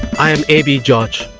i am abey george